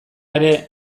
ere